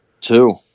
Two